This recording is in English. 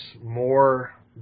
more